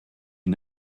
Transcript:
you